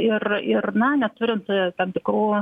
ir ir na neturint tam tikrų